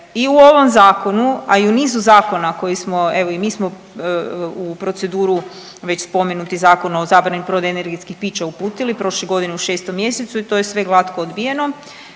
I u ovom zakonu, a i u nizu zakona koji smo, evo i mi smo u proceduru već spomenuti Zakon o zabrani prodaje energetskih pića uputili prošle godine u 6. mjesecu i to je sve glatko odbijeno